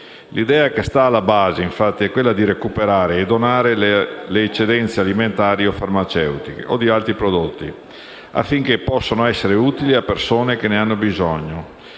L'idea che sta alla base, infatti, è quella di recuperare e donare le eccedenze alimentari o di altri prodotti, affinché possano essere utili a persone che ne hanno bisogno.